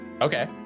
Okay